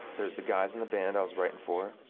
there's the guys in the band i was writing for,